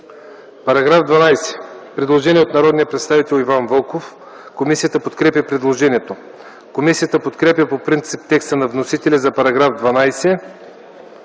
По § 12 има предложение от народния представител Иван Вълков. Комисията подкрепя предложението. Комисията подкрепя по принцип текста на вносителя за § 12,